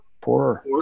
poorer